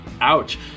Ouch